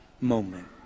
moment